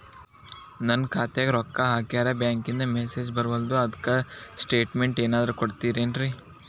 ನನ್ ಖಾತ್ಯಾಗ ರೊಕ್ಕಾ ಹಾಕ್ಯಾರ ಬ್ಯಾಂಕಿಂದ ಮೆಸೇಜ್ ಬರವಲ್ದು ಅದ್ಕ ಸ್ಟೇಟ್ಮೆಂಟ್ ಏನಾದ್ರು ಕೊಡ್ತೇರೆನ್ರಿ?